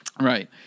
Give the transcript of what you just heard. Right